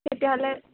তেতিয়াহ'লে